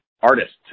artists